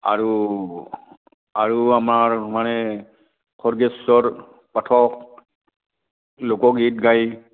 আৰু আৰু আমাৰ মানে খৰ্গেশ্বৰ পাঠক লোকগীত গাই